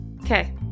Okay